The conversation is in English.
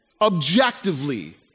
objectively